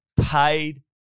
paid